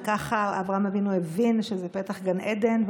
וככה אברהם אבינו הבין שזה פתח גן עדן,